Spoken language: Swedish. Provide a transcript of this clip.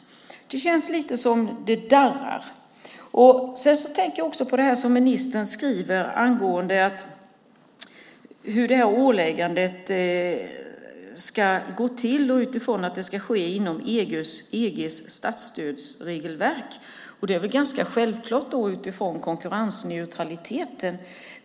Det känns lite grann som om det darrar. Jag tänker också på det som ministern skriver om hur detta åläggande ska gå till och att det ska ske inom EG:s statsstödsregelverk. Det är väl ganska självklart utifrån konkurrensneutraliteten.